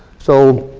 so,